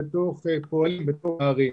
שפועלים בתוך הערים,